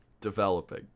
developing